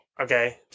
Okay